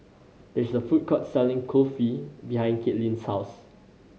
there is a food court selling Kulfi behind Caitlynn's house